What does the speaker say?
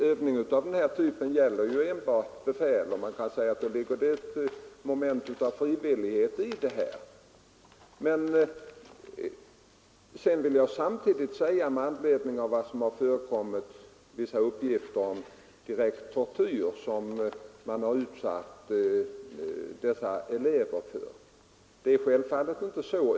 Övningar av denna typ gäller enbart befäl, och man kan säga att det finns ett moment av frivillighet i denna utbildning. Det har förekommit uppgifter om att man utsatt dessa elever för direkt tortyr. Det är självfallet inte så.